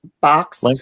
box